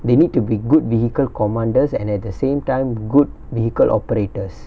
they need to be good vehicle commanders and at the same time good vehicle operators